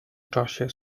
czasie